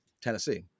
Tennessee